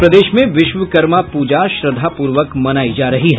और प्रदेश में विश्वकर्मा पूजा श्रद्धापूर्वक मनायी जा रही है